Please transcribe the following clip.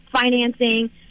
financing